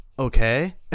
okay